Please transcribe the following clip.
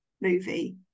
movie